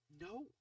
no